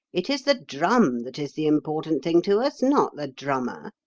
it is the drum that is the important thing to us, not the drummer.